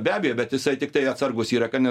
be abejo bet jisai tiktai atsargus yra ka ne